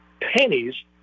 pennies